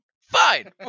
Fine